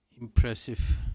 impressive